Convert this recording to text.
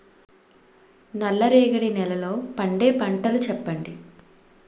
నల్ల రేగడి నెలలో పండే పంటలు చెప్పండి?